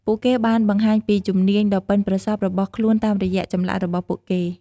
ពួកគេបានបង្ហាញពីជំនាញដ៏ប៉ិនប្រសប់របស់ខ្លួនតាមរយៈចម្លាក់របស់ពួកគេ។